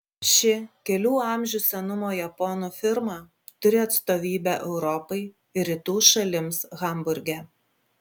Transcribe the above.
ši kelių amžių senumo japonų firma turi atstovybę europai ir rytų šalims hamburge